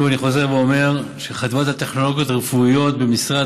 שוב אני אומר שחטיבת הטכנולוגיות הרפואיות והמחקר במשרד